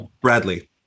Bradley